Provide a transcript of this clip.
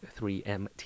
3MT